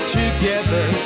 together